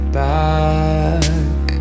back